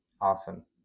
Awesome